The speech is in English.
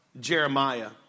Jeremiah